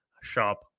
shop